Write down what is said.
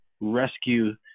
rescue